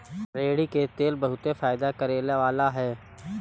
रेड़ी के तेल बहुते फयदा करेवाला तेल ह